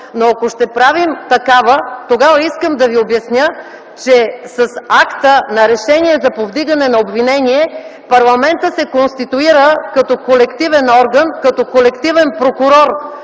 но, ако ще правим такава, тогава искам да Ви обясня, че с акта на решение за повдигане на обвинение парламентът се конституира като колективен орган, като колективен прокурор,